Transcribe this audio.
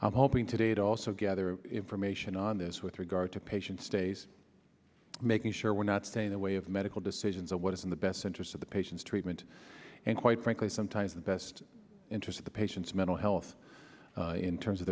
i'm hoping today to also gather information on this with regard to patient stays making sure we're not staying away of medical decisions of what is in the best interest of the patients treatment and quite frankly sometimes the best interest of the patients mental health in terms of